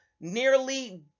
nearly